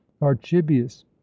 archibius